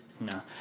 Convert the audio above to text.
No